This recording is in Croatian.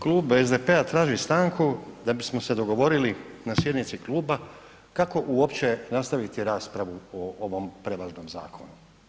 Klub SDP-a traži stanku da bismo se dogovorili na sjednici kluba kako uopće nastaviti raspravu o ovom prevažnom zakonu.